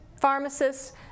pharmacists